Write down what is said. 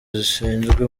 zishinzwe